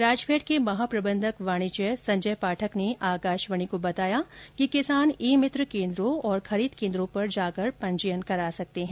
राजफेड के महाप्रबंधक वाणिज्य संजय पाठक ने आकाशवाणी को बताया कि किसान ई मित्र कर्कन्द्रो तथा खरीद केन्द्रों पर जाकर पंजीयन करा सकते हैं